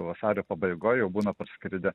vasario pabaigoj jau būna parskridę